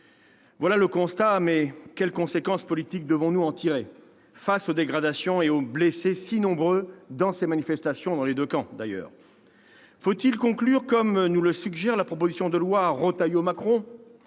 Voilà le constat. Mais quelles conséquences politiques devons-nous en tirer face aux dégradations et aux blessés si nombreux dans ces manifestations, dans les deux camps d'ailleurs ? Faut-il conclure, comme nous le suggère la proposition de loi Retailleau-Macron,